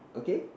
okay